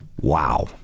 wow